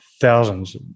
thousands